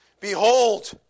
Behold